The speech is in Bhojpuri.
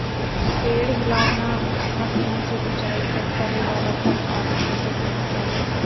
पेड़ हिलौना मशीन से ऊंचाई पर फरे वाला फल आसानी से टूट जाला